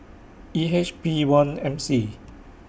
E H P one M C